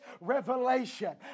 revelation